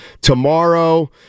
tomorrow